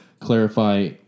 clarify